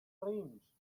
raïms